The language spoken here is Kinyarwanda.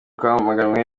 kwamaganwa